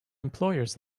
employers